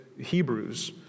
Hebrews